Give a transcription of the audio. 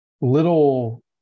little